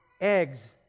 eggs